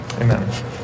Amen